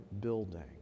building